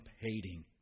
hating